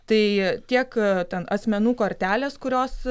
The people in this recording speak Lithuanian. tai tiek ten asmenų kortelės kurios